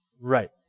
Right